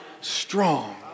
strong